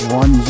one